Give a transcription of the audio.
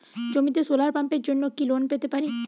জমিতে সোলার পাম্পের জন্য কি লোন পেতে পারি?